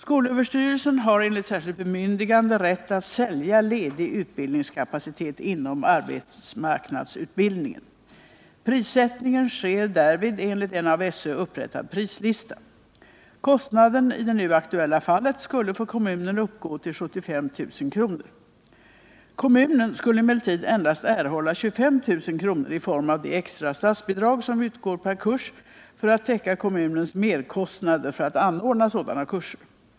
Skolöverstyrelsen har, enligt särskilt bemyndigande, rätt att sälja ledig utbildningskapacitet inom arbetsmarknadsutbildningen. Prissättningen sker därvid enligt en av SÖ upprättad prislista. Kostnaden i det nu aktuella fallet skulle för kommunen uppgå till 75 000 kr. Kommunen skulle emellertid endast erhålla 25 000 kr. i form av det extra statsbidrag som utgår per kurs för att täcka kommunens merkostnader för att anordna sådana kurser.